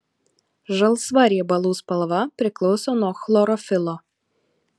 žalsva riebalų spalva priklauso nuo chlorofilo